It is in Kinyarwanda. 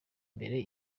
mbere